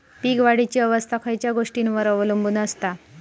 पीक वाढीची अवस्था खयच्या गोष्टींवर अवलंबून असता?